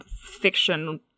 fiction